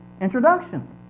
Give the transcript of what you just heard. introduction